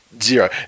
Zero